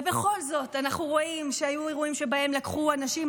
ובכל זאת אנחנו רואים שהיו אירועים שבהם לקחו אנשים,